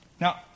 Now